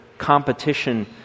competition